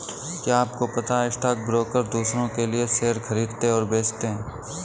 क्या आपको पता है स्टॉक ब्रोकर दुसरो के लिए शेयर खरीदते और बेचते है?